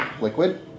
liquid